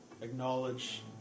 acknowledge